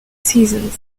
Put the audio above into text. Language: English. seasons